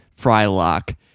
Frylock